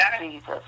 Jesus